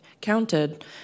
counted